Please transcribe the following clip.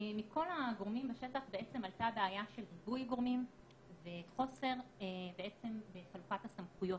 מכל הגורמים בשטח עלתה הבעיה של ריבוי גורמים וחוסר בחלוקת הסמכויות